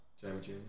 Jamie